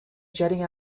jetting